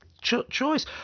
choice